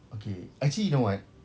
okay actually you know what